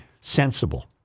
sensible